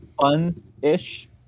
fun-ish